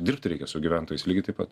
dirbti reikia su gyventojais lygiai taip pat